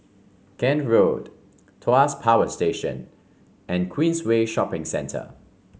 Kent Road Tuas Power Station and Queensway Shopping Centre